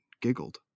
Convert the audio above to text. giggled